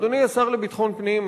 אדוני השר לביטחון פנים,